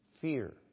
Fear